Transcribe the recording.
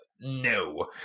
no